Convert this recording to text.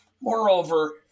Moreover